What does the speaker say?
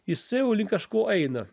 jisai jau link kažko eina